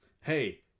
Hey